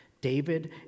David